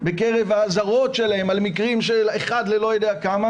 בקרב האזהרות שלהם על מקרים של אחד לאני-לא-יודע-כמה,